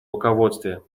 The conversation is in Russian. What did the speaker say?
руководстве